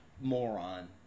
moron